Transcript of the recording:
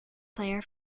player